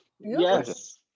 Yes